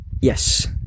yes